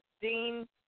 Dean